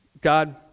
God